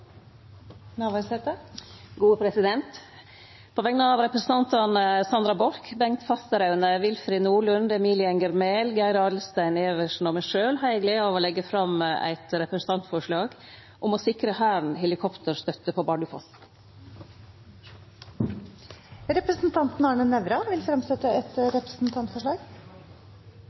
På vegner av representantane Sandra Borch, Bengt Fasteraune, Willfred Nordlund, Emilie Enger Mehl, Geir Adelsten Iversen og meg sjølv har eg gleda av å leggje fram eit representantforslag om å sikre Hæren helikopterstøtte på Bardufoss. Representanten Arne Nævra vil fremsette et representantforslag.